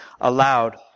aloud